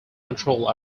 control